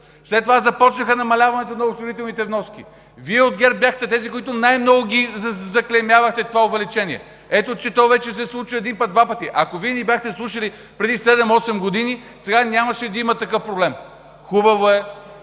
След това започна намаляването на осигурителните вноски! Вие от ГЕРБ бяхте тези, които най-много заклеймявахте това увеличение! Ето, че то вече се случва един път – два пъти. Ако ни бяхте слушали преди седем-осем години, сега нямаше да има такъв проблем! Хубаво,